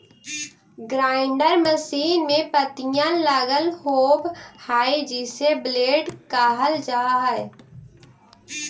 grinder मशीन में पत्तियाँ लगल होव हई जिसे ब्लेड कहल जा हई